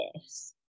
Yes